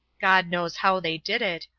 god knows how they did it,